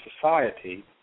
society